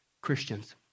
Christians